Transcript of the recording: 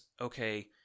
okay